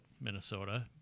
Minnesota